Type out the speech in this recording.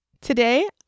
today